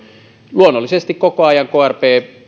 luonnollisesti koko ajan krp